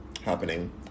happening